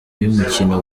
y’umukino